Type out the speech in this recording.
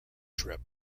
trip